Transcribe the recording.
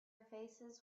faces